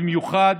במיוחד